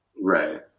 Right